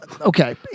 Okay